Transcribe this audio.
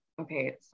okay